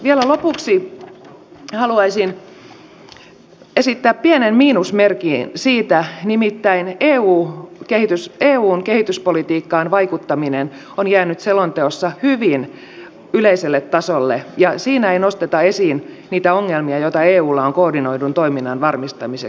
vielä lopuksi haluaisin esittää pienen miinusmerkin siitä että eun kehityspolitiikkaan vaikuttaminen on jäänyt selonteossa hyvin yleiselle tasolle ja siinä ei nosteta esiin niitä ongelmia joita eulla on koordinoidun toiminnan varmistamiseksi